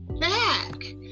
back